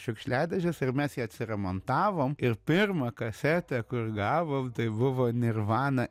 šiukšliadėžės ir mes ją remontavom ir pirmą kasetę kur gavom tai buvo nirvana